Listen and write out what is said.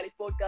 Podcast